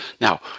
Now